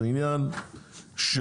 זה עניין של,